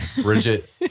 Bridget